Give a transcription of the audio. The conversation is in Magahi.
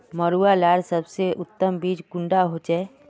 मरुआ लार सबसे उत्तम बीज कुंडा होचए?